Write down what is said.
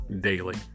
daily